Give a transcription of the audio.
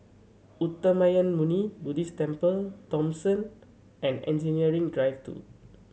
Uttamayanmuni Buddhist Temple Thomson and Engineering Drive Two